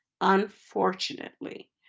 Unfortunately